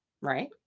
right